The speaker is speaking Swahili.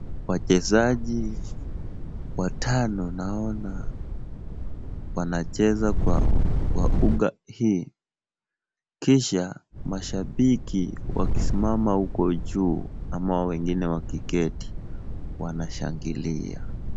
Wachezaji watano naona wanacheza kwa uga hii, kisha mashabiki wakisimama huko juu ama wengine wakiketi, wanashangilia.